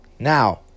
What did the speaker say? Now